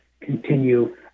continue